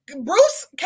Bruce